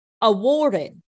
awarded